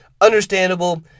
Understandable